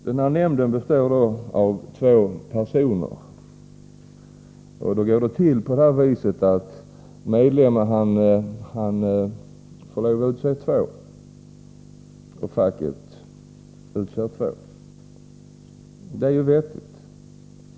Denna nämnd består av två personer från vardera parten. Det går till på det viset att medlemmen får lov att utse två. Facket utser också två. Det är ju vettigt.